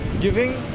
giving